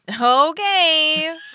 Okay